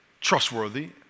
trustworthy